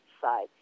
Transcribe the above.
side